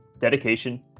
dedication